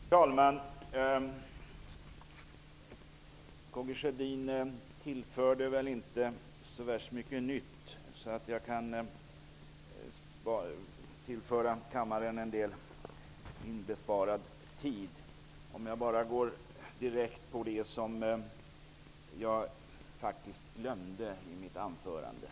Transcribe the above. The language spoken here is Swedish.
Herr talman! Karl Gustaf Sjödin tillförde väl inte särskilt mycket nytt. Därför skall jag spara litet tid åt kammaren. Jag går i stället in på något som jag faktiskt glömde i mitt huvudanförande.